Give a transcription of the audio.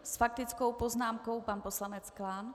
S faktickou poznámkou pan poslanec Klán.